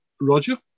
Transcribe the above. Roger